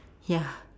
ya